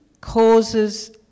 causes